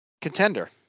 contender